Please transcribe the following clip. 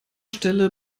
stelle